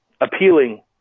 Appealing